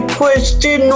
question